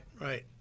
right